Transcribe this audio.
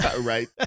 Right